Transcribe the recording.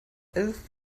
elf